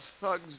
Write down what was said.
thugs